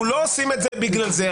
אנחנו לא עושים את זה בגלל זה.